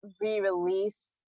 re-release